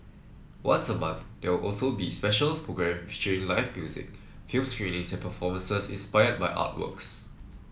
once a month there also be special programme featuring live music film screenings and performances inspired by artworks